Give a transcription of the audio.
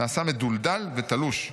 נעשה מדולדל ותלוש.